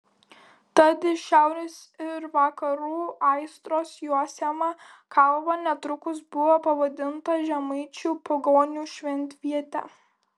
tad iš šiaurės ir vakarų aitros juosiama kalva netrukus buvo pavadinta žemaičių pagonių šventviete